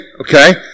Okay